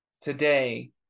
today